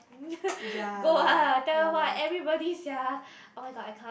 go ah tell you what everybody sia oh-my-god I can't